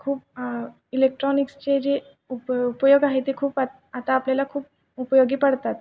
खूप इलेक्ट्रॉनिक्सचे जे उपयोग आहे ते खूप आता आपल्याला खूप उपयोगी पडतात